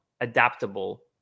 adaptable